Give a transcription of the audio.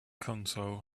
console